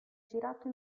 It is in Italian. girato